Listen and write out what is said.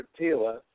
TILA